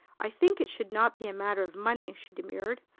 i think it should not be a matter of money, she demurred.